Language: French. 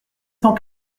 cent